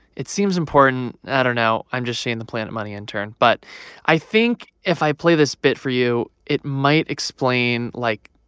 it seems important. i don't know. i'm just shane, the planet money intern. but i think if i play this bit for you, it might explain, like,